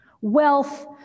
wealth